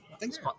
Thanks